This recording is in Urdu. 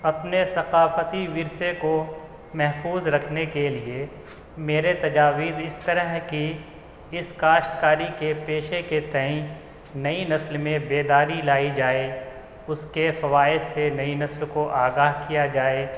اپنے ثقافتی ورثے کو محفوظ رکھنے کے لیے میرے تجاویز اس طرح ہیں کہ اس کاشتکاری کے پیشے کے تئیں نئی نسل میں بیداری لائی جائے اس کے فوائد سے نئی نسل کو آگاہ کیا جائے